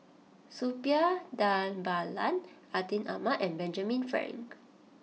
Suppiah Dhanabalan Atin Amat and Benjamin Frank